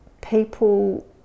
people